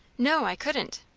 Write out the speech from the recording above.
no, i couldn't.